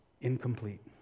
incomplete